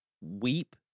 weep